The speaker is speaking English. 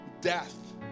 death